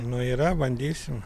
nu yra bandysim